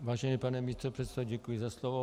Vážený pane místopředsedo, děkuji za slovo.